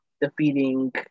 defeating